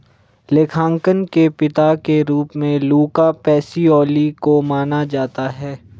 लेखांकन के पिता के रूप में लुका पैसिओली को माना जाता है